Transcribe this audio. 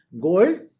gold